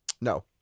No